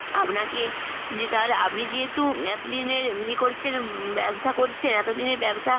আপনাকে যে তার আপনি যেহেতু এতো দিনের ইয়ে করছেন ব্যবসা করছেন এতো দিনের ব্যবসা